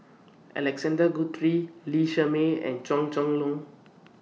Alexander Guthrie Lee Shermay and Chua Chong Long